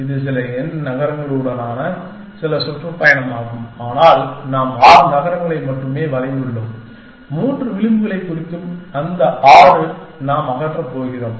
இது சில n நகரங்களுடனான சில சுற்றுப்பயணமாகும் ஆனால் நாம் ஆறு நகரங்களை மட்டுமே வரைந்துள்ளோம் மூன்று விளிம்புகளைக் குறிக்கும் அந்த ஆறு நாம் அகற்றப் போகிறோம்